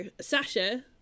sasha